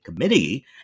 committee